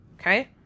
Okay